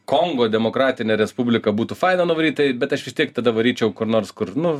kongo demokratinę respubliką būtų faina nuvaryt tai bet aš vis tiek tada varyčiau kur nors kur nu